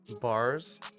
bars